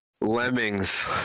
Lemmings